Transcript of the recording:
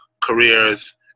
careers